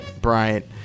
Bryant